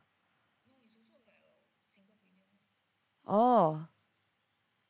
oh